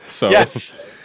Yes